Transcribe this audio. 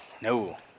No